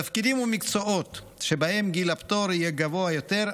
תפקידים ומקצועות שבהם גיל הפטור יהיה גבוה יותר,